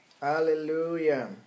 Hallelujah